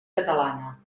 catalana